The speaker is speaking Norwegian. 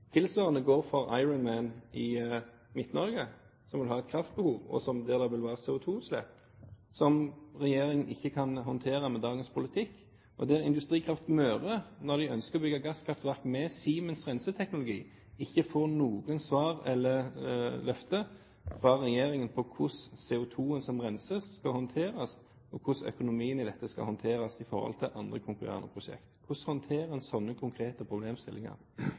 Tilsvarende er det for Ironman i Midt-Norge som vil ha et kraftbehov, der det vil være CO2-utslipp, som regjeringen ikke kan håndtere med dagens politikk. Så er det Industrikraft Møre, som ønsker å bygge gasskraftverk med Siemens renseteknologi, og som ikke får noen svar eller løfter fra regjeringen om hvordan CO2 som renses, skal håndteres, og hvordan økonomien i dette skal håndteres i forhold til andre konkurrerende prosjekter. Hvordan håndterer en sånne konkrete